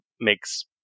makes